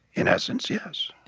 in essence, yes.